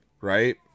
right